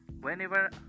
whenever